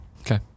Okay